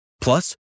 Plus